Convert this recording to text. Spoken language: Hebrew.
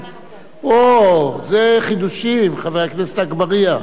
זה חידושים, חבר הכנסת אגבאריה.